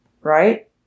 right